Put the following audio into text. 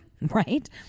right